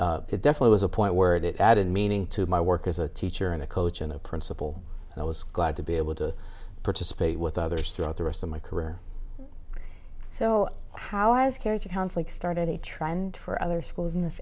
but it definitely was a point where it added meaning to my work as a teacher and a coach and a principal and i was glad to be able to participate with others throughout the rest of my career so how has character conflict started a trend for other schools in this